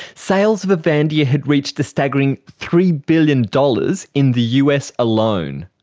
sales of avandia had reached a staggering three billion dollars in the us alone.